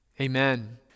Amen